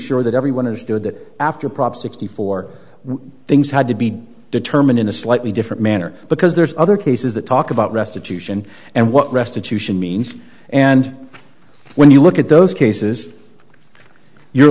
sure that everyone is doing that after prop sixty four things had to be determined in a slightly different manner because there's other cases that talk about restitution and what restitution means and when you look at those cases you're